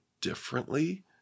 differently